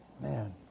man